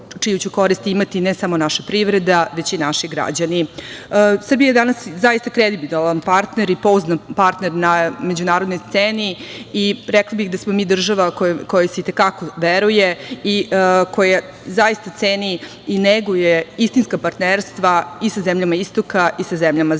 čiju će korist imati ne samo naša privreda, već i naši građani. Srbija je danas zaista kredibilan partner i pouzdan partner na međunarodnoj sceni i rekla bih da smo mi država kojoj se i te kako veruje i koja zaista ceni i neguje istinska partnerstva i sa zemljama istoka i sa zemljama zapada.